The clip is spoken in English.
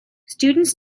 students